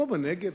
כמו בנגב,